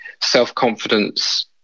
self-confidence